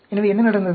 எனவே என்ன நடந்தது